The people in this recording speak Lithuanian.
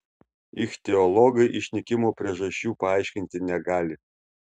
ichtiologai išnykimo priežasčių paaiškinti negali